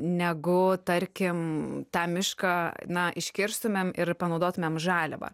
negu tarkim tą mišką na iškirstumėm ir panaudotumėm žaliavą